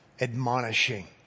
admonishing